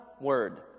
word